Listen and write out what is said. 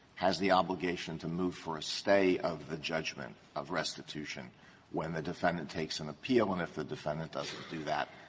has the obligation to move for a stay of the judgment of restitution when the defendant takes an appeal, and if the defendant doesn't do that,